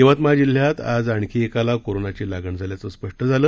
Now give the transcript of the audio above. यवतमाळ जिल्ह्यात आज आणखी एकाला कोरोनाची लागण झाल्याचं स्पष्ट झालं